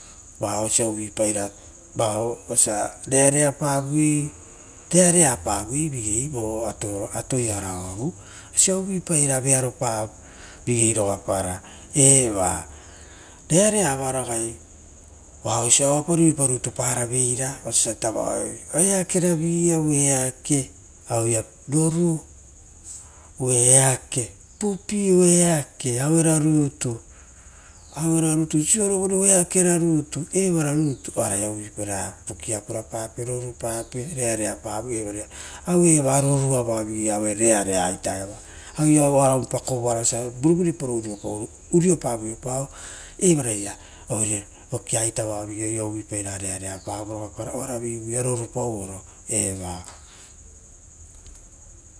Vao osia uvuipai ra reareapavio vo atoiaravu sia uvaipara rearopavo vigeirogapara va, rearea vao ragai oaoisio pa ruipa rutu paravera ora eakeravi ora eake aue roru oo eake pupii oeake auera rutu, aue ra rutu sorovori oo eakera rutu evara rutu oaraia uvuipaira vokia purapape rorupape reareaparo. uvare ue ia va torua vaovigei uvare rearea ita eva varaopa kovoara osia gorugoru paoro uropauveipa eravaia oire uva vokia ita vao vigei, oaia uvuipai reareapavo evaraia rorupauoro eva.